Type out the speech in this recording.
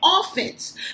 offense